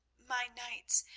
my knights!